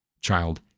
child